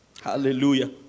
Hallelujah